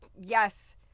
yes